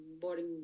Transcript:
boring